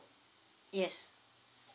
yes